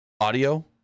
audio